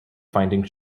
finding